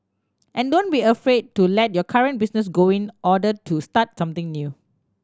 and don't be afraid to let your current business go in order to start something new